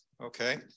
Okay